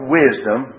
wisdom